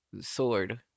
sword